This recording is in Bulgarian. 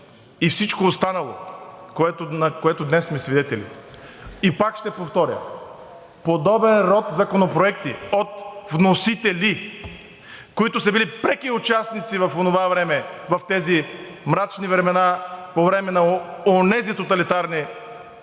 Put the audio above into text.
и всичко останало, на което днес сме свидетели. И пак ще повторя, подобен род законопроекти от вносители, които са били преки участници в онова време – в тези мрачни времена, по време на онези тоталитарни